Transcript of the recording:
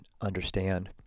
understand